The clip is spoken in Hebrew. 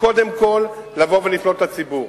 קודם כול לבוא ולפנות לציבור.